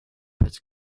had